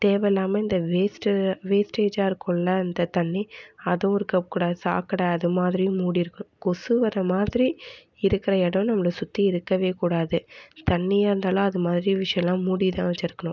தேவை இல்லாமல் இந்த வேஸ்ட்டு வேஸ்டேஜ்ஜாக இருக்கும்ல அந்த தண்ணி அதுவும் இருக்கக் கூடாது சாக்கடை அது மாதிரியும் மூடியிருக்குணும் கொசு வர மாதிரி இருக்கிற இடம் நம்மளை சுற்றி இருக்கவே கூடாது தண்ணியாக இருந்தாலும் அது மாதிரி விஷயம்லாம் மூடி தான் வச்சிருக்கணும்